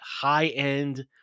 high-end